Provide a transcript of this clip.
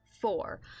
Four